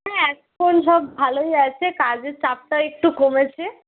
হ্যাঁ এখন সব ভালোই আছে কাজের চাপটা একটু কমেছে